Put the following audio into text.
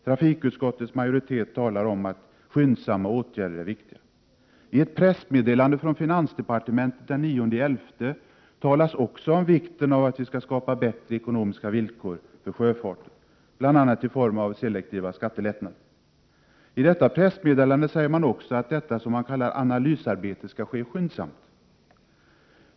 Trafikutskottets majoritet talar om att skyndsamma åtgärder är viktiga. I ett pressmeddelande från finansdepartementet av den 9 november 1987 talas det också om vikten av att vi skapar bättre ekonomiska villkor för sjöfarten, bl.a. i form av selektiva skattelättnader. I pressmeddelandet säger man också att detta analysarbete, som man kallar det, skall ske skyndsamt.